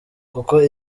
kuko